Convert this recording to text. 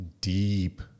deep